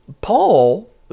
Paul